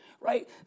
right